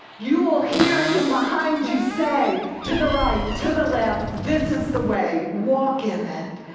you will hear him behind you say to the right, to the left, this is the way. walk in it.